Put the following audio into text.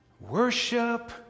worship